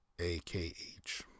A-K-H